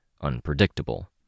unpredictable